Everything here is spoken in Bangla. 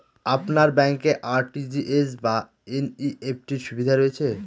আপনার ব্যাংকে আর.টি.জি.এস বা এন.ই.এফ.টি র সুবিধা রয়েছে?